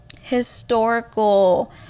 historical